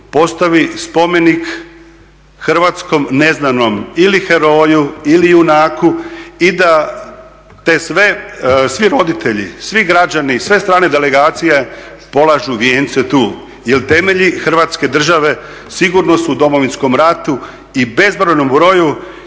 postavi spomenik hrvatskom neznanom ili heroju ili junaku i da svi roditelji, svi građani, sve strane delegacije polažu vijence tu jer temelji Hrvatske države sigurno su u Domovinskom ratu i bezbrojnom broju